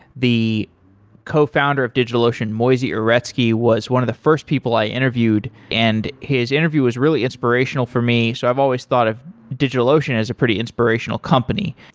the cofounder of digitalocean, moisey uretsky, was one of the first people i interviewed, and his interview was really inspirational for me. so i've always thought of digitalocean as a pretty inspirational company.